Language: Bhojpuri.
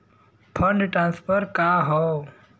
फंड ट्रांसफर का हव?